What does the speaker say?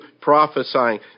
prophesying